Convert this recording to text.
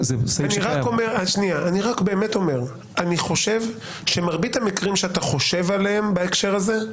אני רק אומר שאני חושב שמרבית המקרים שאתה חושב עליהם בהקשר הזה,